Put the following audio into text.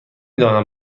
دانم